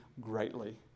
greatly